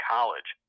College